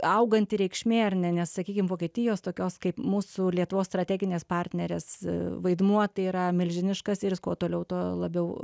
auganti reikšmė ar ne nes sakykim vokietijos tokios kaip mūsų lietuvos strateginės partnerės vaidmuo tai yra milžiniškas ir jis kuo toliau tuo labiau